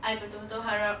I betul-betul harap